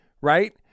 right